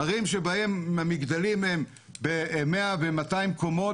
ערים שבהן מגדלים הן ב-100 ו-200 קומות,